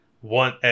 one